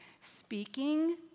Speaking